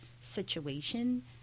situation